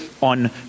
on